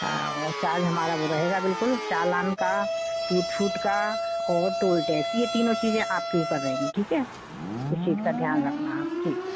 हाँ और चार्ज हमारा वो रहेगा बिल्कुल चालान का टूट फूट का और टोल टैक्स ये तीनों चीज़े आपके ऊपर रहेंगी ठीक है इस चीज़ का ध्यान रखना आप ठीक